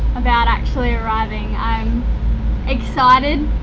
about actually arriving. i'm excited,